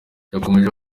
yakomeje